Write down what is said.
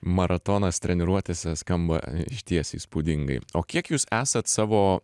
maratonas treniruotėse skamba išties įspūdingai o kiek jūs esat savo